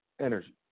energy